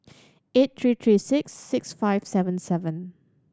eight three three six six five seven seven